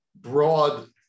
broad